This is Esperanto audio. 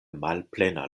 malplena